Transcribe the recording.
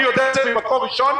אני יודע את זה ממקור ראשון,